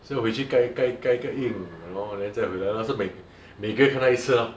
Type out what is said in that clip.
所以回会去盖盖盖盖印 !hannor! then 再回来 lor so 每每个月看他一次 lor